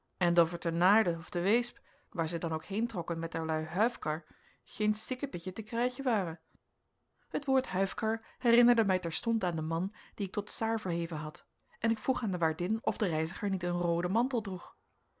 en of er te naarden of te weesp waar zij dan ook heentrokken met erlui huifkar geen sikkepitje te krijgen ware het woord huifkar herinnerde mij terstond aan den man dien ik tot czaar verheven had en ik vroeg aan de waardin of de reiziger niet een rooden mantel droeg